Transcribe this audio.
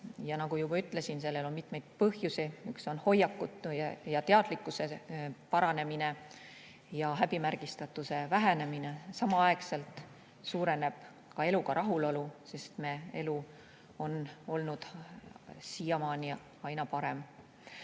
ja nagu juba ütlesin, sellel on mitmeid põhjusi, mis on hoiakute ja teadlikkuse paranemine ja häbimärgistatuse vähenemine. Samal ajal suureneb ka eluga rahulolu, sest me elu on ju olnud siiamaani aina parem.